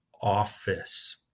office